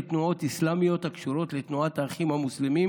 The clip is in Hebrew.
תנועות אסלאמיות הקשורות לתנועת האחים המוסלמים,